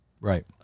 Right